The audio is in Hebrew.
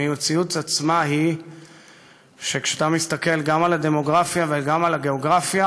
המציאות עצמה היא שכשאתה מסתכל גם על הדמוגרפיה וגם על הגאוגרפיה,